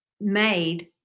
made